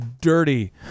dirty